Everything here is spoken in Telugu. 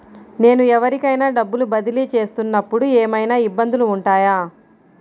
నేను ఎవరికైనా డబ్బులు బదిలీ చేస్తునపుడు ఏమయినా ఇబ్బందులు వుంటాయా?